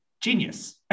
genius